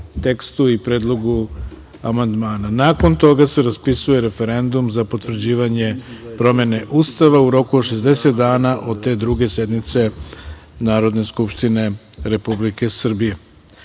tekstu i predlogu amandmana. Nakon toga se raspisuje referendum za potvrđivanje promene Ustava u roku od 60 dana od te druge sednice Narodne skupštine Republike Srbije. Tako